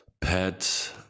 pet